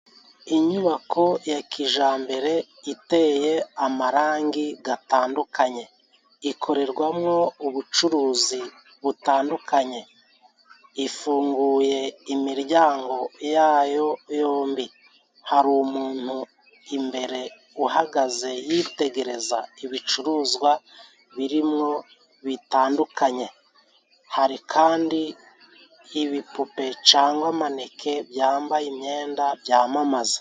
Inyubako ya kijambere iteye amarangi gatandukanye. Ikorerwamo ubucuruzi butandukanye. Ifunguye imiryango yayo yombi. Hari umuntu imbere uhagaze yitegereza ibicuruzwa birimwo bitandukanye. Hari kandi ibipupe cangwa maneke byambaye imyenda byamamaza.